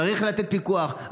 צריך לתת פיקוח.